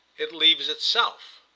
it leaves itself!